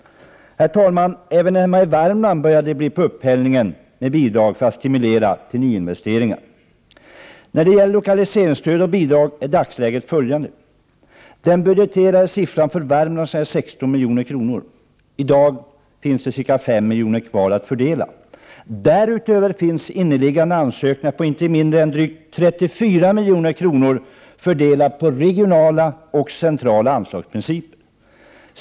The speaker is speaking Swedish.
Herr talman! Även hemma i Värmland börjar det bli på upphällningen med bidrag för att stimulera till nyinvesteringar. När det gäller lokaliseringsstöd och bidrag är dagsläget följande. Den budgeterade summan för Värmland är 16 milj.kr. I dag finns det ca 5 milj.kr. kvar att fördela. Därutöver finns inneliggande ansökningar på inte mindre än drygt 34 milj.kr., ansökningar som avser regionala eller centrala anslag.